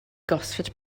gosford